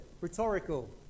rhetorical